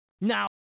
Now